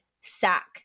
sack